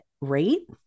rate